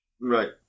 Right